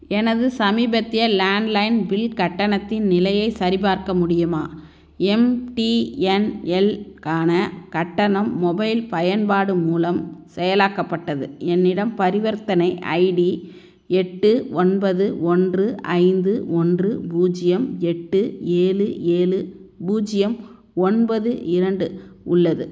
எனது சமீபத்திய landline bill கட்டணத்தின் நிலையை சரிபார்க்க முடியுமா எம்டிஎன்எல்க்கான கட்டணம் மொபைல் பயன்பாடு மூலம் செயலாக்கப்பட்டது என்னிடம் பரிவர்த்தனை ஐடி எட்டு ஒன்பது ஒன்று ஐந்து ஒன்று பூஜ்ஜியம் எட்டு ஏழு ஏழு பூஜ்ஜியம் ஒன்பது இரண்டு உள்ளது